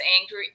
angry